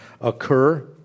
occur